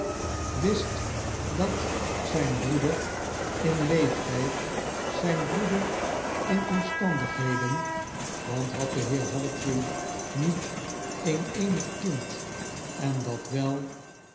wist dat zijn broeder in leeftyd zijn broeder in omstandigheden want had de heer hawtrey niet een eenig kind en dat wel